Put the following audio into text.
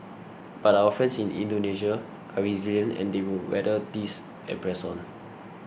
but our friends in Indonesia are resilient and they will weather this and press on